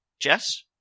Jess